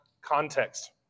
context